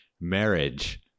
marriage